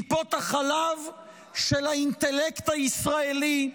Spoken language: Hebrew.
טיפות החלב של האינטלקט הישראלי,